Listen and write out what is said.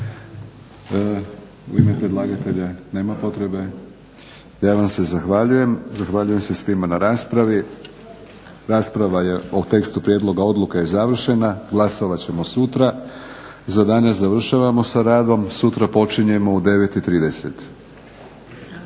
U ime predlagatelja nema potrebe? Ja vam se zahvaljujem. Zahvaljujem se svima na raspravi. Rasprava je o tekstu prijedloga odluke je završena. Glasovat ćemo sutra. Za danas završavamo sa radom. Sutra počinjemo u 9,30.